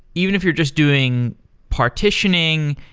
even if you're just doing partitioning,